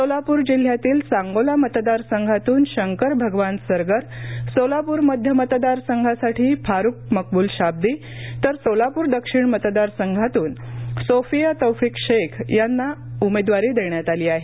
सोलापूर जिल्हयातील सांगोला मतदारसंघातून शंकर भगवान सरगर सोलापूर मध्य मतदारसंघासाठी फारूक मकबूल शाबदी तर सोलापूर दक्षिण मतदारसंघातून सोफीया तोफीक शेख यांना उमेदवारी देण्यात आली आहे